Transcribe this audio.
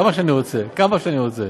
כמה שאני רוצה, כמה שאני רוצה.